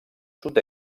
sud